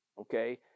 okay